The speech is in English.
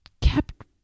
kept